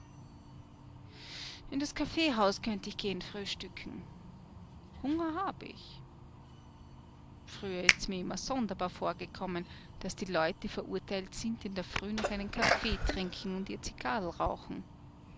in das kaffeehaus könnt ich geh'n frühstücken hunger hab ich früher ist's mir immer sonderbar vorgekommen daß die leut die verurteilt sind in der früh noch ihren kaffee trinken und ihr zigarrl rauchen